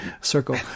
circle